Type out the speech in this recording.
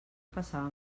passava